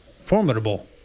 formidable